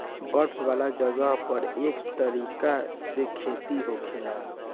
बर्फ वाला जगह पर एह तरीका से खेती होखेला